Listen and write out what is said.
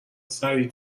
سریع